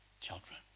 children